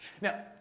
Now